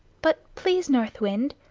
but, please, north wind,